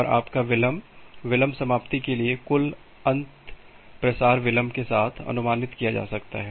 और आपका विलंब विलंब समाप्ति के लिए कुल अंत प्रसार विलंब के साथ अनुमानित किया जा सकता है